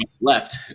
left